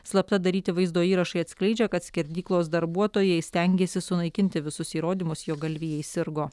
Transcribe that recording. slapta daryti vaizdo įrašai atskleidžia kad skerdyklos darbuotojai stengėsi sunaikinti visus įrodymus jog galvijai sirgo